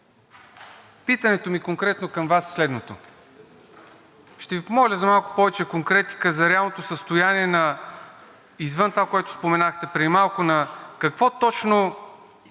питането ми конкретно към Вас е следното: ще Ви помоля за малко повече конкретика за реалното състояние на – извън това, което споменахте преди малко, какво точно